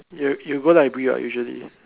you you go library ah usually